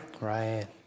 Right